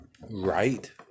right